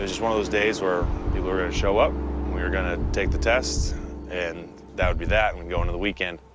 ah just one of those days where people are gonna show up and we were gonna take the test and that would be that, and we'd go into the weekend.